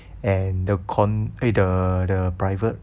and the con~ eh the the private